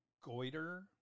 Goiter